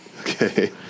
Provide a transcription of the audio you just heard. Okay